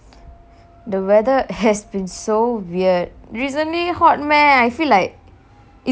the weather has been so weird recently hot meh I feel like it's both eh